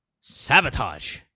Sabotage